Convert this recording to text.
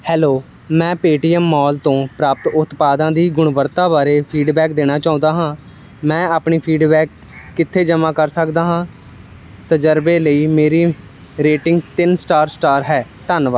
hello ਮੈਂ Paytm mall ਤੋਂ ਪ੍ਰਾਪਤ ਉਤਪਾਦਾਂ ਦੀ ਗੁਣਵੱਤਾ ਬਾਰੇ ਫੀਡਬੈਕ ਦੇਣਾ ਚਾਹੁੰਦਾ ਹਾਂ ਮੈਂ ਆਪਣੀ ਫੀਡਬੈਕ ਕਿੱਥੇ ਜਮ੍ਹਾਂ ਕਰ ਸਕਦਾ ਹਾਂ ਤਜਰਬੇ ਲਈ ਮੇਰੀ ਰੇਟਿੰਗ ਤਿੰਨ ਸਟਾਰ ਸਟਾਰ ਹੈ ਧੰਨਵਾਦ